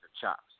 chops